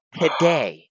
today